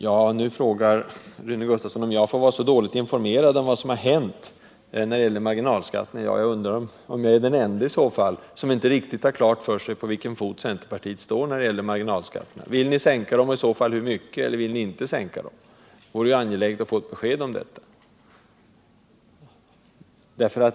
Nu frågar Rune Gustavsson om jag får vara så dåligt informerad om vad som har hänt när det gäller marginalskatterna. Jag undrar om jag i så fall är den ende som inte riktigt har klart för sig på vilken fot centerpartiet står när det gäller marginalskatterna. Vill ni sänka dem, och i så fall hur mycket? Eller vill ni inte sänka dem? Det vore angeläget att få ett besked om detta.